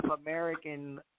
American